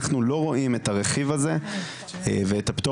אנחנו לא רואים את הרכיב הזה ואת הפטור